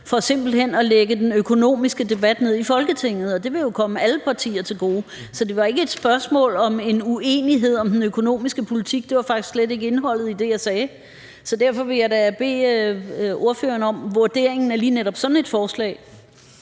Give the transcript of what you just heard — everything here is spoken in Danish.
for simpelt hen at lægge den økonomiske debat ned i Folketinget, og det vil jo komme alle partier til gode. Så det var ikke et spørgsmål om en uenighed om den økonomiske politik – det var faktisk slet ikke indholdet i det, jeg sagde. Derfor vil jeg bede ordføreren om at komme med sin vurdering af lige netop sådan et forslag.